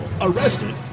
arrested